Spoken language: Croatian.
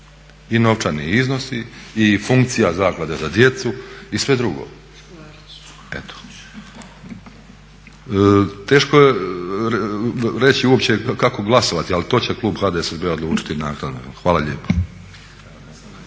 i novčani iznosi, i funkcija Zaklade za djecu i sve drugo. Teško je reći uopće kako glasovati ali to će klub HDSSB-a odlučiti naknadno. Hvala lijepa.